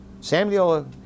Samuel